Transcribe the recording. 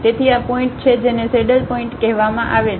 તેથી આ પોઇન્ટ છે જેને સેડલ પોઇન્ટ કહેવામાં આવે છે